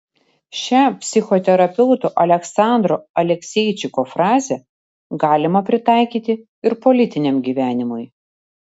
šią psichoterapeuto aleksandro alekseičiko frazę galima pritaikyti ir politiniam gyvenimui